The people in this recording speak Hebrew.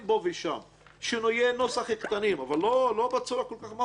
שינויי נוסח קטנים אבל לא בצורה כל כך מהותית.